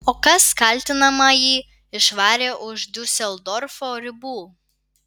o kas kaltinamąjį išvarė už diuseldorfo ribų